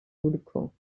volcans